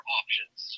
options